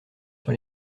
sur